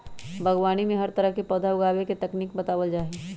बागवानी में हर तरह के पौधा उगावे के तकनीक बतावल जा हई